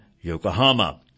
Yokohama